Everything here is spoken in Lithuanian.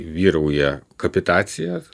vyrauja kapitacija